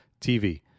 TV